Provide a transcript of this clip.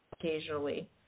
occasionally